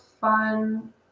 fun